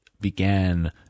began